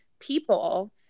people